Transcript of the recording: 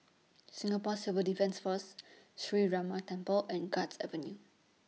Singapore Civil Defence Force Sree Ramar Temple and Guards Avenue